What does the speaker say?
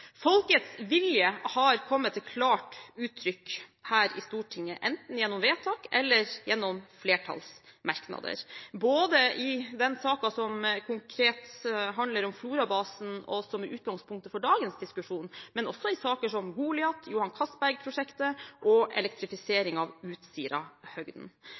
Folkets vilje har kommet klart til uttrykk her i Stortinget, enten gjennom vedtak eller gjennom flertallsmerknader, både i den saken som konkret handler om Florabasen, og som er utgangspunktet for dagens diskusjon, og i saker som Goliat, Johan Castberg-prosjektet og